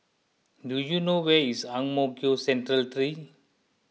do you know where is Ang Mo Kio Central three